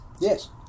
yes